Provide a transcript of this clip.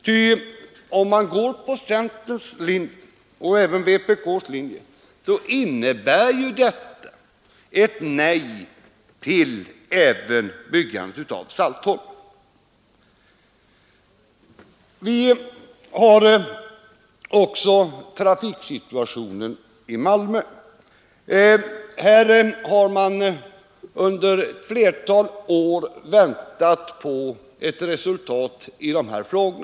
Ty om man går på centerns — och även vpk:s — linje så betyder ju detta ett nej även till byggandet av Saltholm. Vi har också att beakta trafiksituationen i Malmö. Där har man under flera år väntat på ett resultat i dessa frågor.